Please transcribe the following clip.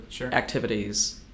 activities